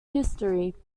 history